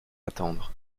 attendre